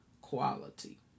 quality